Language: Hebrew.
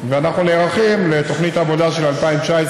היא נותרה בחוץ והיא בוכה ובוכה במשך דקות ארוכות.